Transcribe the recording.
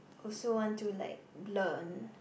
also want to like learn